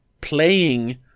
playing